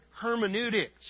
hermeneutics